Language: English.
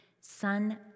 son